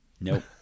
Nope